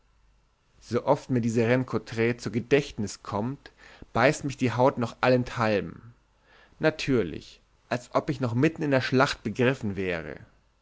so oft mir diese renkontre zu gedächtnus kommt beißt mich die haut noch allenthalben natürlich als ob ich noch mitten in der schlacht begriffen wäre